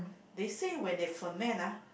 they say when they ferment ah